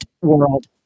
World